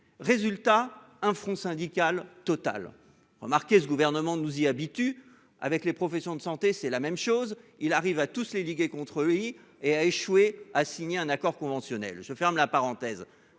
Résultat, un front syndical total, remarquez ce gouvernement nous y habitue avec les professions de santé, c'est la même chose. Il arrive à tous les ligués contre lui et a échoué à signer un accord conventionnel, je ferme la parenthèse